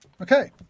Okay